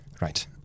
Right